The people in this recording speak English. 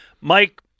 Mike